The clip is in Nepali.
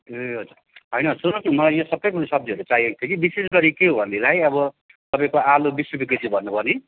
ए हजुर होइन सुन्नुहोस् न म यहाँ सबै कुरो सब्जीहरू चाहिएको थियो कि विशेष गरि के हो भने अब आलु बिस रुपियाँ केजी भन्नुभयो नि